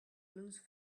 loose